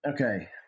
Okay